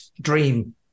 dream